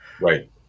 Right